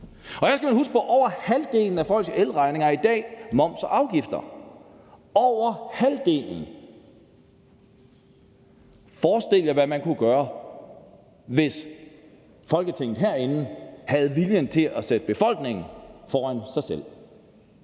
Og her skal man huske på, at over halvdelen af folks elregninger i dag er moms og afgifter – over halvdelen. Forestil jer, hvad man kunne gøre, hvis man herinde i Folketinget havde viljen til at sætte befolkningen foran sig selv.